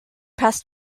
press